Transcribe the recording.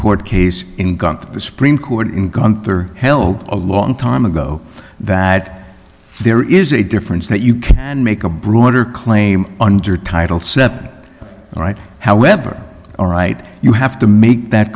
court case and got the supreme court in gunther held a long time ago that there is a difference that you can make a broader claim under title seven all right however all right you have to make that